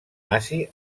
nazi